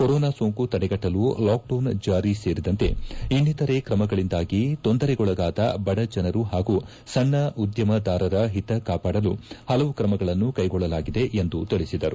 corona ಸೋಂಕು ತಡೆಗಟ್ಲಲು lockdown ಜಾರಿ ಸೇರಿದಂತೆ ಇನ್ನಿತರೆ ಕ್ರಮಗಳಂದಾಗಿ ತೊಂದರೆಗೊಳಗಾದ ಬಡ ಜನರು ಹಾಗೂ ಸಣ್ಣ ಉದ್ಲಮೆದಾರರ ಹಿತ ಕಾಪಾಡಲು ಹಲವು ಕ್ರಮಗಳನ್ನು ಕೈಗೊಳ್ಳಲಾಗಿದೆ ಎಂದು ತಿಳಿಸಿದರು